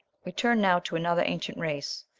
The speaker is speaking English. we turn now to another ancient race,